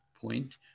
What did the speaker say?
point